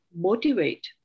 motivate